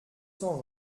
cent